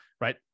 right